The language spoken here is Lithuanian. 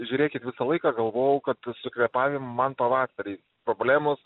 žiūrėkit visą laiką galvojau kad su kvėpavimu man pavasarį problemos